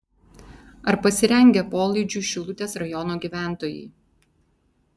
ar pasirengę polaidžiui šilutės rajono gyventojai